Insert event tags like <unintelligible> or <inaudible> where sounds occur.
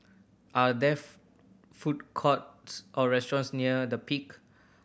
are there <unintelligible> food courts or restaurants near The Peak